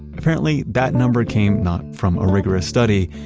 apparently, that number came not from a rigorous study,